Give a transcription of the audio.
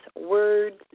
words